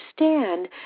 understand